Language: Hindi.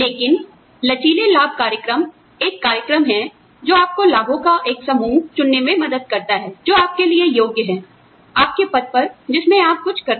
लेकिन लचीले लाभ कार्यक्रम एक कार्यक्रम है जो आपको लाभों का एक समूह चुनने में मदद करता है जो आप के लिए योग्य हैं आपके पद पर जिसमें आप कुछ करते हो